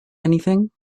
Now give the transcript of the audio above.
anything